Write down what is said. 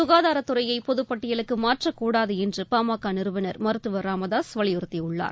சுகாதாரத் துறையை பொதுப் பட்டியலுக்கு மாற்றக்கூடாது என்று பாமக நிறுவனர் மருத்துவர் ச ராமதாசு வலியுறுத்தியுள்ளார்